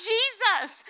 Jesus